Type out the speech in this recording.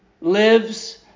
lives